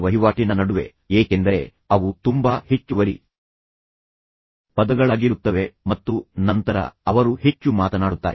ಜಪಾನಿಯರು ಮತ್ತು ಅಮೆರಿಕಾದ ವ್ಯಾಪಾರ ವಹಿವಾಟಿನ ನಡುವೆ ಏಕೆಂದರೆ ಅವು ತುಂಬಾ ಹೆಚ್ಚುವರಿ ಪದಗಳಾಗಿರುತ್ತವೆ ಮತ್ತು ನಂತರ ಅವರು ಹೆಚ್ಚು ಮಾತನಾಡುತ್ತಾರೆ